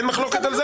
אין מחלוקת על זה.